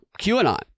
QAnon